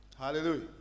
Hallelujah